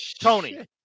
Tony